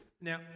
now